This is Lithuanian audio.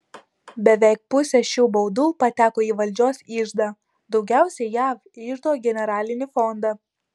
beveik pusė šių baudų pateko į valdžios iždą daugiausiai jav iždo generalinį fondą